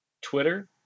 Twitter